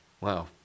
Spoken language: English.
Wow